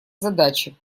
задачи